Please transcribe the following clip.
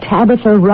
Tabitha